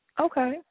Okay